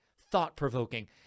thought-provoking